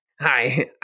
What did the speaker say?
hi